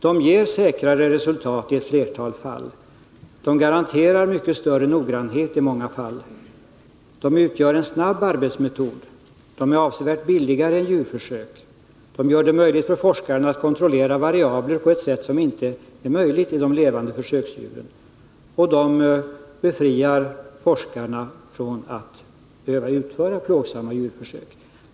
De ger säkrare resultat i ett flertal fall. De garanterar mycket större noggrannhet i många fall. De utgör en snabb arbetsmetod. De är avsevärt billigare än djurförsök. De gör det möjligt för forskaren att kontrollera variabler på ett sätt som inte är möjligt i de levande försöksdjuren. Och de befriar forskarna från att behöva utföra plågsamma djurförsök.